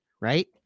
right